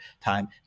time